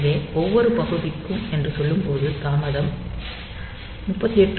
எனவே ஒவ்வொரு பகுதிக்கும் என்று சொல்லும்போது தாமதம் 38